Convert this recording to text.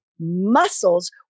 muscles